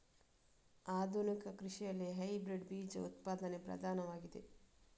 ಆಧುನಿಕ ಕೃಷಿಯಲ್ಲಿ ಹೈಬ್ರಿಡ್ ಬೀಜ ಉತ್ಪಾದನೆ ಪ್ರಧಾನವಾಗಿದೆ